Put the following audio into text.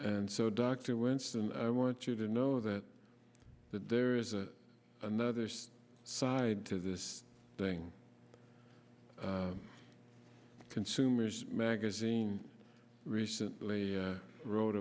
and so dr winston i want you to know that there is a anothers side to this thing consumers magazine recently wrote